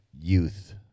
youth